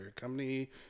company